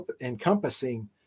encompassing